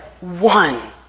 one